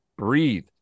Breathe